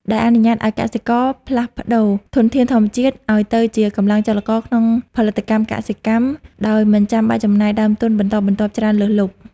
ដែលអនុញ្ញាតឱ្យកសិករផ្លាស់ប្តូរធនធានធម្មជាតិឱ្យទៅជាកម្លាំងចលករក្នុងផលិតកម្មកសិកម្មដោយមិនចាំបាច់ចំណាយដើមទុនបន្តបន្ទាប់ច្រើនលើសលប់។